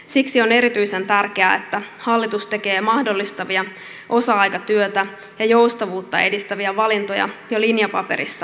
siksi on erityisen tärkeää että hallitus tekee mahdollistavia osa aikatyötä ja joustavuutta edistäviä valintoja jo linjapaperissaan